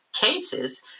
cases